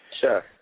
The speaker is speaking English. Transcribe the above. Sure